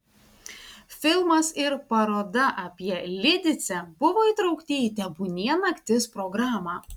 filmas ir paroda apie lidicę buvo įtraukti į tebūnie naktis programą